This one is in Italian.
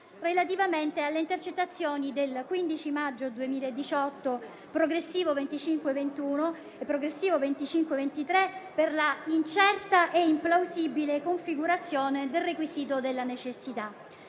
relativamente alle intercettazioni del 15 maggio 2018 - progressivo n. 2521 e progressivo n. 2523 - per la incerta e implausibile configurazione del requisito della necessità,